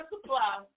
supply